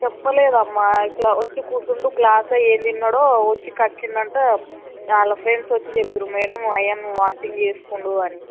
చెప్పలేదు అమ్మ ఇట్లా వచ్చి కూచుండు క్లాస్లో ఏమి తిన్నాడో వచ్చి కక్కిండు అంట వాళ్ళ ఫ్రెండ్స్ వచ్చి చెప్పిర్రు మేడం అయాను వాంతింగ్ చేసుకుండు అని